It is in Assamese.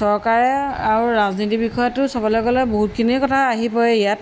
চৰকাৰে আৰু ৰাজনীতিৰ বিষয়তো চবলৈ গ'লে বহুতখিনিয়ে কথা আহি পৰে ইয়াত